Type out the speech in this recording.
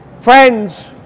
Friends